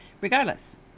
Regardless